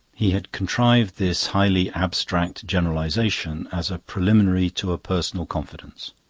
he had contrived this highly abstract generalisation as a preliminary to a personal confidence.